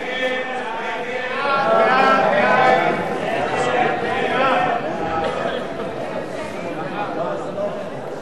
הצעת סיעת קדימה להביע אי-אמון בממשלה לא נתקבלה.